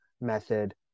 method